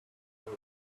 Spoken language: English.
mode